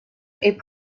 est